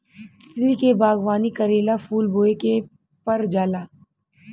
तितली के बागवानी करेला फूल बोए के पर जाला